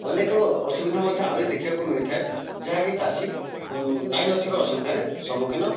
ଅନେକ ଅସୁବିଧା ମଧ୍ୟ ଆହୁରି ଦେଖିବାକୁ ମିଳିଥାଏ ଯାହାକି ଚାଷୀ ନାହିଁ ନଥିବା ଅସୁବିଧାରେ ସମ୍ମୁଖୀନ